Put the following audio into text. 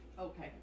Okay